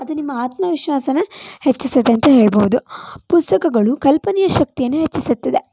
ಅದು ನಿಮ್ಮ ಆತ್ಮ ವಿಶ್ವಾಸನ ಹೆಚ್ಚಿಸ್ತದೆ ಅಂತ ಹೇಳ್ಬೋದು ಪುಸ್ತಕಗಳು ಕಲ್ಪನೆ ಶಕ್ತಿಯನ್ನು ಹೆಚ್ಚಿಸುತ್ತದೆ